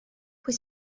pwy